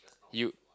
you